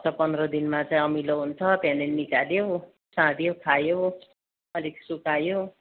हप्ता पन्ध्र दिनमा चाहिँ अमिलो हुन्छ त्यहाँदेखि निकाल्यो साँध्यो खायो अलिक सुकायो